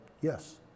Yes